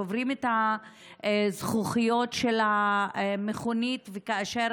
שוברים את הזכוכיות של המכונית כאשר